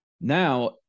Now